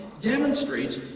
demonstrates